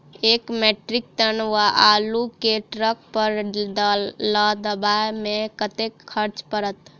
एक metric ton आलु केँ ट्रक पर लदाबै मे कतेक खर्च पड़त?